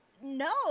No